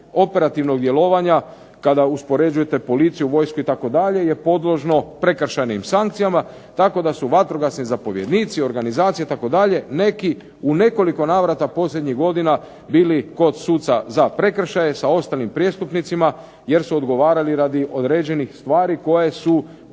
operativnog djelovanja, kada uspoređujete policiju, vojsku itd., je podložno prekršajnim sankcijama. Tako da su vatrogasni zapovjednici, organizacije itd., neki u nekoliko navrata posljednjih godina bili kod suca za prekršaje sa ostalim prijestupnicima jer su odgovarali radi određenih stvari koje su